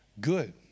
Good